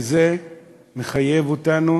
כי זה מחייב אותנו